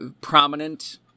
prominent